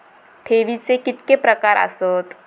ठेवीचे कितके प्रकार आसत?